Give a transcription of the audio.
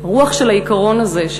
הרוח של העיקרון הזה,